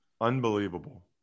Unbelievable